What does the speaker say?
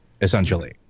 essentially